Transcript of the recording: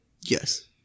yes